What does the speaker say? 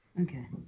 Okay